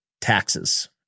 taxes